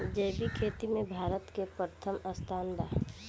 जैविक खेती में भारत के प्रथम स्थान बा